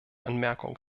anmerkung